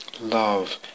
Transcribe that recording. Love